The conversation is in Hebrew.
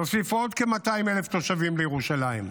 להוסיף עוד כ-200,000 תושבים לירושלים,